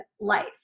life